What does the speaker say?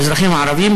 האזרחים הערבים,